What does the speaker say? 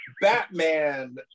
Batman